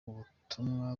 ubutumwa